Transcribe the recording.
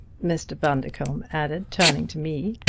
mr. bundercombe added, turning to me.